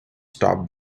stopped